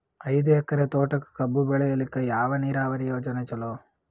ಐದು ಎಕರೆ ತೋಟಕ ಕಬ್ಬು ಬೆಳೆಯಲಿಕ ಯಾವ ನೀರಾವರಿ ಯೋಜನೆ ಚಲೋ?